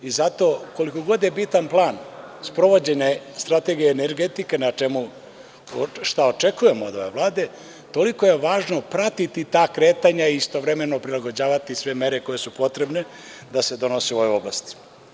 Zato koliko god da je bitan plan sprovođenja strategije energetike, šta očekujemo od ove Vlade, toliko je važno pratiti ta kretanja i istovremeno prilagođavati sve mere koje su potrebne da se donosi u ovoj oblasti.